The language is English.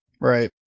Right